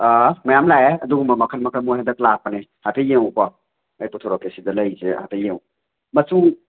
ꯃꯌꯥꯝ ꯂꯥꯛꯑꯦ ꯑꯗꯨꯒꯨꯝꯕ ꯃꯈꯟ ꯃꯈꯟ ꯃꯣꯏ ꯍꯟꯗꯛ ꯂꯥꯛꯄꯅꯤ ꯍꯥꯏꯐꯦꯠ ꯌꯦꯡꯉꯨꯀꯣ ꯑꯩ ꯄꯨꯊꯣꯔꯛꯀꯦ ꯑꯁꯤꯗ ꯂꯩꯔꯤꯁꯦ ꯍꯥꯏꯐꯦꯠ ꯌꯦꯡꯉꯨ ꯃꯆꯨ